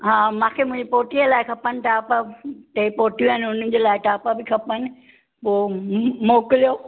हा मूंखे मुंहिंजे पोटीअ लाइ खपनि टॉप टे पोटियूं आहिनि हुननि जे लाइ टॉप बि खपनि पोइ हम्म मोकिलियो